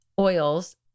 oils